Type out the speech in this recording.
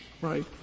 Right